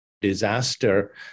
disaster